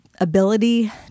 ability